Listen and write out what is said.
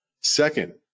Second